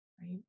right